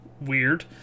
Weird